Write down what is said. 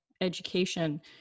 education